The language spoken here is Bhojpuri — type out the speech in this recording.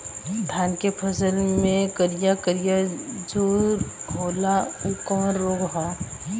धान के फसल मे करिया करिया जो होला ऊ कवन रोग ह?